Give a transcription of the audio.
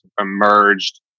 emerged